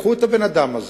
לקחו את הבן-אדם הזה,